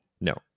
No